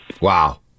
Wow